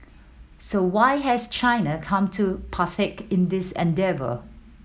so why has China come to partake in this endeavour